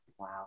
Wow